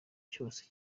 cyose